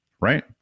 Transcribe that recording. right